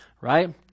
right